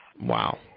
Wow